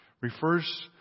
refers